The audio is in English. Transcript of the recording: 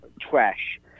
trash